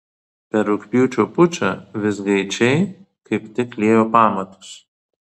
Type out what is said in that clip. per rugpjūčio pučą vizgaičiai kaip tik liejo pamatus